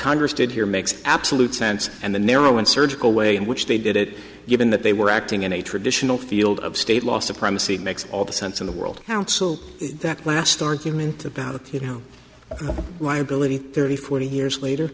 congress did here makes absolute sense and the narrow and surgical way in which they did it given that they were acting in a traditional field of state law supremacy makes all the sense in the world council that last argument about you know liability thirty forty years later